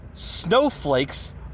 snowflakes